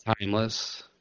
timeless